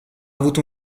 avuto